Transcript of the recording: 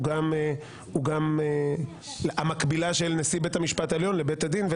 הוא גם המקבילה של נשיא בית-המשפט העליון לבית הדין.